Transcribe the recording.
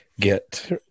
get